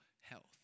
health